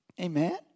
Amen